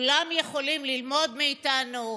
כולם יכולים ללמוד מאיתנו,